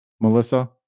Melissa